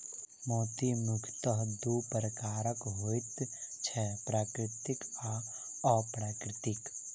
मोती मुखयतः दू प्रकारक होइत छै, प्राकृतिक आ अप्राकृतिक